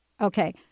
Okay